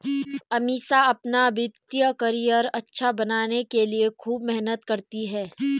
अमीषा अपना वित्तीय करियर अच्छा बनाने के लिए खूब मेहनत करती है